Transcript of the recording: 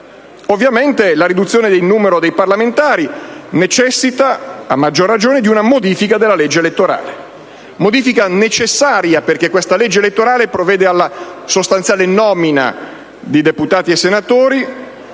apposito. La riduzione del numero dei parlamentari necessita a maggior ragione di una modifica della legge elettorale, necessaria perché la legge elettorale attuale provvede alla sostanziale nomina di deputati e senatori